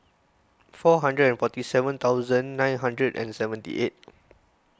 four hundred forty seven thousand nine hundred and seventy eight